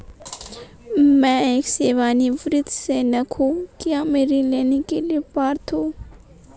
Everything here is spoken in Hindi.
मैं एक सेवानिवृत्त सैनिक हूँ क्या मैं ऋण लेने के लिए पात्र हूँ?